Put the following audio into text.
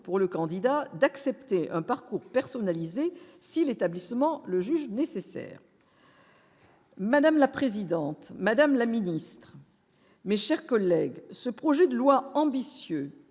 pour le candidat d'accepter un parcours personnalisé si l'établissement le juge nécessaire. Madame la présidente, Madame la Ministre, mais, chers collègues, ce projet de loi ambitieux